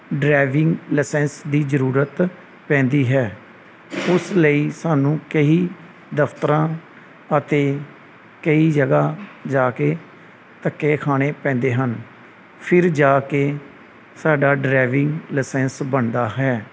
driving licence ਦੀ ਜ਼ਰੂਰਤ ਪੈਂਦੀ ਹੈ ਉਸ ਲਈ ਸਾਨੂੰ ਕਈ ਦਫਤਰਾਂ ਅਤੇ ਕਈ ਜਗ੍ਹਾ ਜਾ ਕੇ ਧੱਕੇ ਖਾਣੇ ਪੈਂਦੇ ਹਨ ਫਿਰ ਜਾ ਕੇ ਸਾਡਾ ਡਰਾਈਵਿੰਗ ਲਾਇਸੈਂਸ ਬਣਦਾ ਹੈ